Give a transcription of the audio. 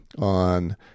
on